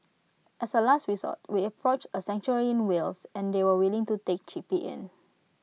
as A last resort we approached A sanctuary in Wales and they were willing to take chippy in